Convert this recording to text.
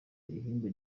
ihembe